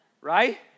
Right